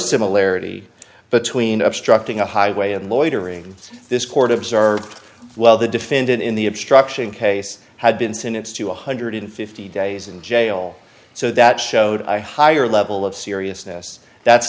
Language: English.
similarity between obstructing a highway and loitering in this court observed well the defendant in the obstruction case had been sentenced to one hundred and fifty days in jail so that showed i higher level of seriousness that's